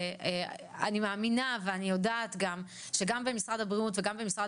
אני מאמינה ואני יודעת גם שגם במשרד הבריאות וגם במשרד